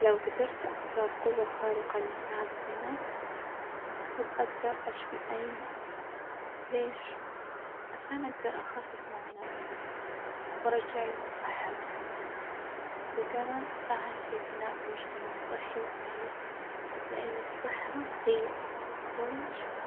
لو جدرت أختار قوة خارقة لمساعدة الناس أحب أجدر أشفي أي مرظ، ليش؟ عشان أجدر أخفف معاناة الناس وأرجعلهم صحتهم وكمان أساهم في بناء مجتمع صحي وسعيد، لأن الصحة هي أساس كل شي.